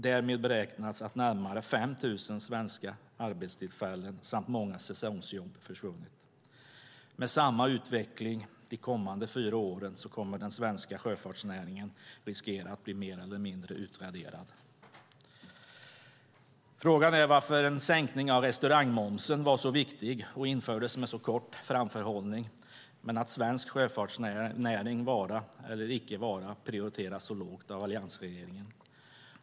Därmed beräknas att närmare 5 000 svenska arbetstillfällen samt många säsongsjobb försvunnit. Med samma utveckling de kommande fyra åren kommer den svenska sjöfartsnäringen att riskera att bli mer eller mindre utraderad. Frågan är varför en sänkning av restaurangmomsen var så viktig och infördes med kort framförhållning men att svensk sjöfartsnärings vara eller icke vara prioriteras så lågt av alliansregeringen.